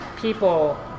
people